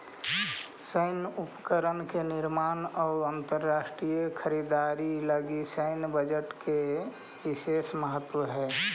सैन्य उपकरण के निर्माण अउ अंतरराष्ट्रीय खरीदारी लगी सैन्य बजट के विशेष महत्व हई